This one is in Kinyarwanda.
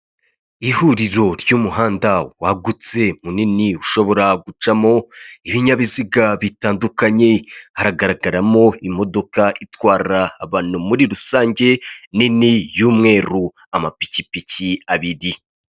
Ihuriro ry'umuhanda wagutse munini ushobora gucamo ibinyabiziga bitandukanye hagaragaramo imodoka itwara abantu muri rusange nini y'umweru amapikipiki abiri.